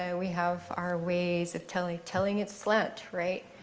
ah we have our ways of telling, telling its slant, right?